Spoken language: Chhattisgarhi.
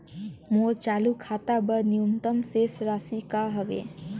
मोर चालू खाता बर न्यूनतम शेष राशि का हवे?